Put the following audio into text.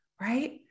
right